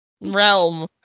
realm